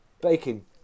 baking